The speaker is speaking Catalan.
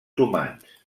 humans